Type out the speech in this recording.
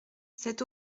cet